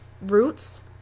roots